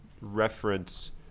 reference